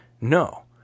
No